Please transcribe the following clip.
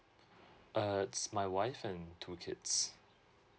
uh it's my wife and two kids